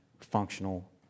functional